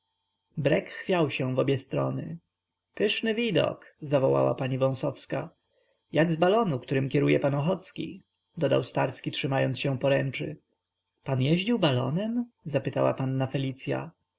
brek chwiał się w obie strony pyszny widok zawołała pani wąsowska jak z balonu którym kieruje pan ochocki dodał starski trzymając się poręczy pan jeździł balonem zapytała panna felicya